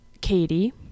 Katie